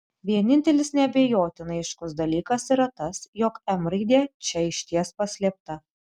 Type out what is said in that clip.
vienintelis neabejotinai aiškus dalykas yra tas jog m raidė čia išties paslėpta